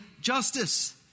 justice